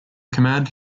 command